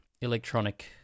electronic